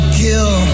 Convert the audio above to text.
kill